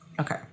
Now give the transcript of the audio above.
okay